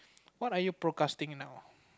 what are you precasting now